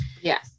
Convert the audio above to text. Yes